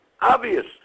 obvious